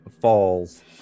falls